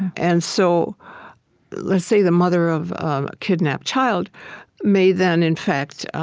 and so let's say the mother of a kidnapped child may then, in fact,